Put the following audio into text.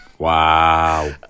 Wow